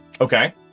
Okay